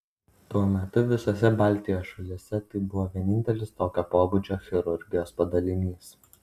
tuo metu visose baltijos šalyse tai buvo vienintelis tokio pobūdžio chirurgijos padalinys